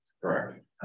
Correct